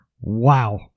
Wow